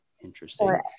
Interesting